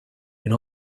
and